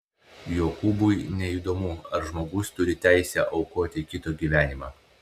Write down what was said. jokūbui neįdomu ar žmogus turi teisę aukoti kito gyvenimą